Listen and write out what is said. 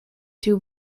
two